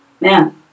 man